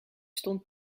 stond